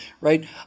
right